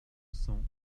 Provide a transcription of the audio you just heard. cent